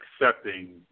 accepting